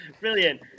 Brilliant